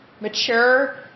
mature